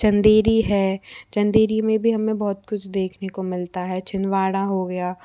चंदेरी है चंदेरी में भी हमें बहुत कुछ देखने को मिलता है छिंदवाड़ा हो गया